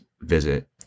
visit